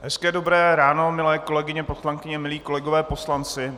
Hezké dobré ráno, milé kolegyně poslankyně, milí kolegové poslanci.